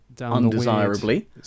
undesirably